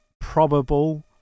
probable